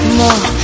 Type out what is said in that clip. more